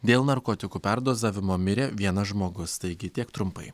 dėl narkotikų perdozavimo mirė vienas žmogus taigi tiek trumpai